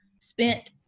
spent